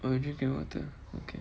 orh you are drinking water okay